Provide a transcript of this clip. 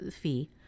fee